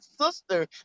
sister